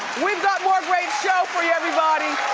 we've got more great show for you everybody.